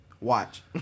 Watch